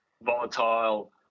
volatile